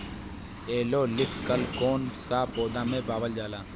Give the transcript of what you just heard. Yellow leaf कल कौन सा पौधा में पावल जाला?